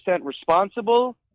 responsible